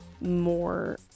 more